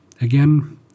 again